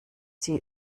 sie